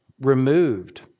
removed